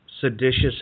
seditious